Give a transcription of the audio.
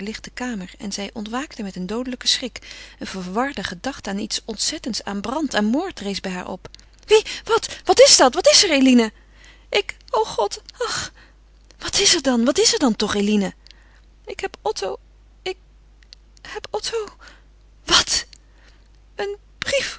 verlichte kamer en zij ontwaakte met een doodelijken schrik een verwarde gedachte aan iets ontzettends aan brand aan moord rees bij haar op wie wat wat is dat wat is er eline ik o god ach wat is er dan wat is er dan toch eline ik heb otto ik heb otto wat een brief